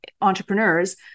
entrepreneurs